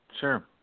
Sure